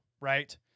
right